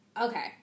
Okay